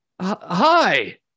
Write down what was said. Hi